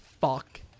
fuck